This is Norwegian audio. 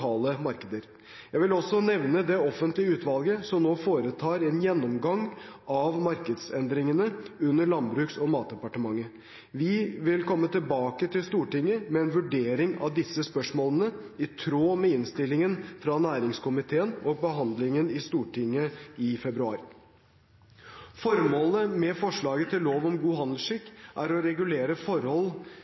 markeder. Jeg vil også nevne det offentlige utvalget som nå foretar en gjennomgang av markedsordningene under Landbruks- og matdepartementet. Vi vil komme tilbake til Stortinget med en vurdering av disse spørsmålene, i tråd med innstillingen fra næringskomiteen og behandlingen i Stortinget i februar. Formålet med forslaget til lov om god handelsskikk er å regulere